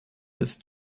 ist